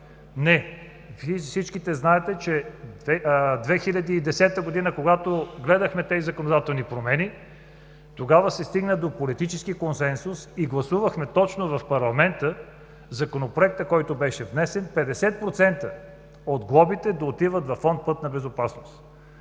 Не! Всички знаете, че 2010 г., когато гледахме тези законодателни промени, се стигна до политически консенсус и гласувахме точно в парламента Законопроекта, който беше внесен, 50% от глобите да отиват във Фонд „Пътна безопасност“.